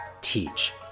teach